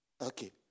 Okay